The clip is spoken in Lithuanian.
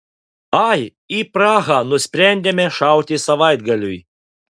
ai į prahą nusprendėme šauti savaitgaliui